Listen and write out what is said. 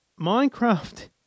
minecraft